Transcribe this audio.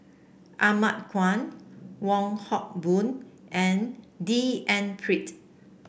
Ahmad Khan Wong Hock Boon and D N Pritt